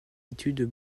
études